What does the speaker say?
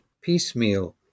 piecemeal